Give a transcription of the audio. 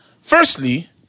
Firstly